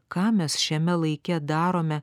ką mes šiame laike darome